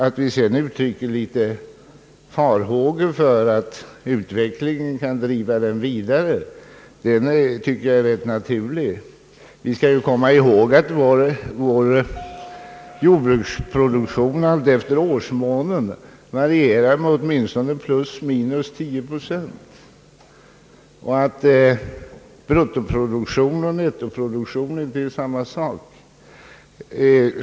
Att vi se dan uttrycker vissa farhågor för att utvecklingen — med den trend den i dag bevisligen har — kan drivas allt för långt i produktionspressande riktning är väl rätt naturligt. Vi skall komma ihåg att vår jordbruksproduktion olika år alltefter årsmånen varierar med åtminstone +10 procent och att bruttoproduktion och nettoproduktion inte är samma sak.